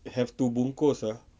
have to bungkus ah